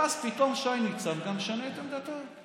ואז פתאום שי ניצן גם משנה את עמדתו.